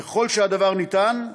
ככל שהדבר ניתן,